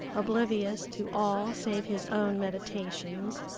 oblivious to all save his own meditations,